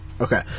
Okay